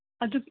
ꯑꯗꯨ